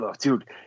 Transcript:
Dude